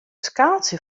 skaaltsje